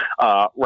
right